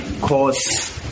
cause